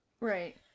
Right